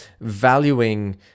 valuing